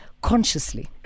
Consciously